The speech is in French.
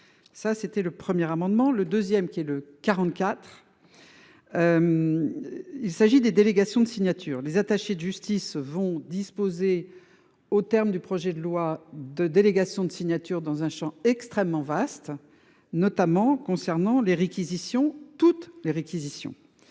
Ça c'était le premier amendement le deuxième qui est le 44. Il s'agit des délégations de signatures les attachés de justice vont disposer au terme du projet de loi de délégation de signature dans un Champ extrêmement vaste. Notamment concernant les réquisitions toutes les réquisitions.